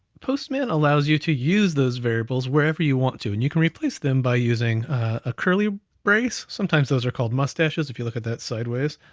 postman allows you to use those variables wherever you want to, and you can replace them by using a curly brace. sometimes those are called mustaches. if you look at that sideways.